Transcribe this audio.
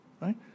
Right